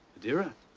adira?